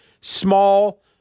small